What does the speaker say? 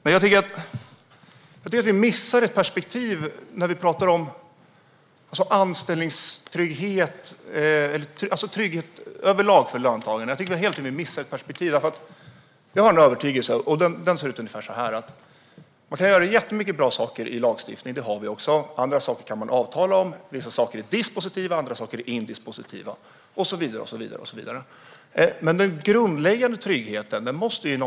Men jag tycker att vi missar ett perspektiv när vi talar om trygghet överlag för löntagarna. Jag har en övertygelse som är ungefär så här: Man kan göra jättemycket bra saker i lagstiftning, och andra saker kan man avtala om, vissa saker är dispositiva, andra saker är indispositiva och så vidare.